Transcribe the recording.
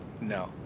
No